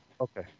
Okay